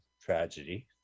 tragedy